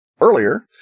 earlier